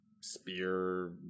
spear